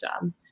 job